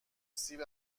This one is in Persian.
سیب